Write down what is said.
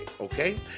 okay